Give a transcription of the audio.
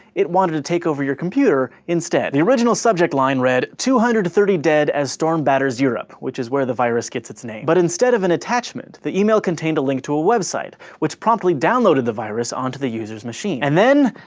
it wanted to take over your computer instead. the original subject line read two hundred and thirty dead as storm batters europe, which is where the virus gets its name. but instead of an attachment, the email contained a link to a website, which promptly downloaded the virus onto the user's machine. and then,